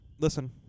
Listen